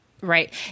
Right